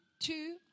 Two